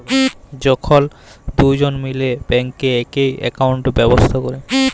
যখল দুজল মিলে ব্যাংকে একই একাউল্ট ব্যবস্থা ক্যরে